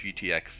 GTX